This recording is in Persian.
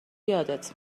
یادت